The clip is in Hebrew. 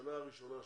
בשנה הראשונה שלו,